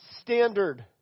standard